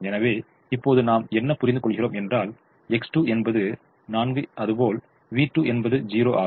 எனவே இப்போது நாம் என்ன புரிந்து கொள்கிறோம் என்றால் X2 என்பது 4 அதுபோல் V2 என்பது 0 ஆகும்